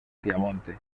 piamonte